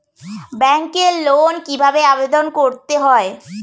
ব্যাংকে লোন কিভাবে আবেদন করতে হয়?